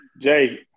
Jay